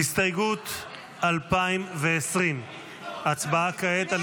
-- הסתייגות 2020. הצבעה כעת על